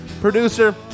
producer